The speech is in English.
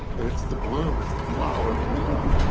and it's the bloom, it's the flower that we love,